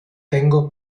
tengo